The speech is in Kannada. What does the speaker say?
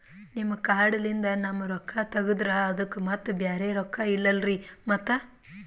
ನಿಮ್ ಕಾರ್ಡ್ ಲಿಂದ ನಮ್ ರೊಕ್ಕ ತಗದ್ರ ಅದಕ್ಕ ಮತ್ತ ಬ್ಯಾರೆ ರೊಕ್ಕ ಇಲ್ಲಲ್ರಿ ಮತ್ತ?